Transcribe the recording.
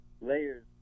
layers